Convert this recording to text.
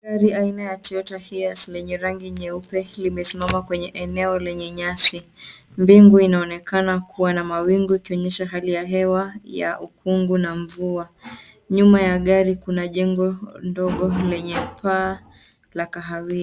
Gari aina ya Toyota Hiace lenye rangi ya nyeupe limesimama kwenye eneo lenye nyasi. Mbingu inaonekana kuwa na mawingu ikionyesha hali ya hewa ya upungu na mvua. Nyuma ya gari kuna jengo ndogo lenye paa la kahawia.